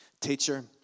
teacher